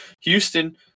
Houston